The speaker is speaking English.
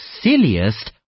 silliest